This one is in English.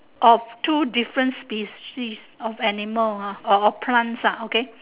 of two different species of animal ah or plants ah okay